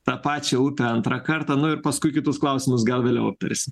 tą pačią upę antrą kartą nu ir paskui kitus klausimus gal vėliau aptarsim